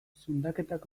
zundaketak